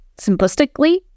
simplistically